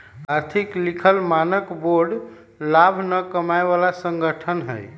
आर्थिक लिखल मानक बोर्ड लाभ न कमाय बला संगठन हइ